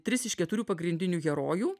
tris iš keturių pagrindinių herojų